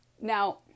Now